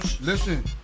Listen